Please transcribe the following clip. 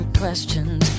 questions